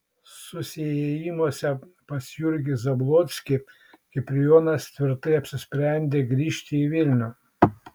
susiėjimuose pas jurgį zablockį kiprijonas tvirtai apsisprendė grįžti į vilnių